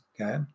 okay